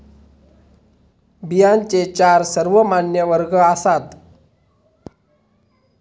बियांचे चार सर्वमान्य वर्ग आसात